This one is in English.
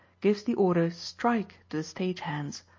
gives the order strike to the stage hands,